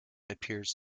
appears